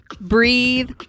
breathe